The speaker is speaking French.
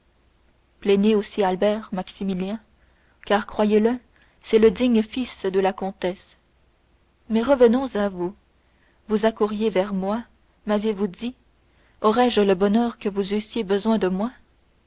plaignez aussi albert maximilien car croyez-le c'est le digne fils de la comtesse mais revenons à vous vous accouriez vers moi m'avez-vous dit aurais-je le bonheur que vous eussiez besoin de moi